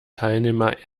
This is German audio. teilnehmer